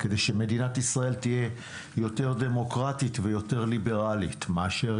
כדי שמדינת ישראל תהיה יותר דמוקרטית ויותר ליברלית מאשר